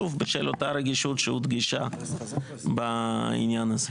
שוב, בשל אותה רגישות שהודגשה בעניין הזה.